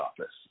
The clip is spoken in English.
office